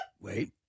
Wait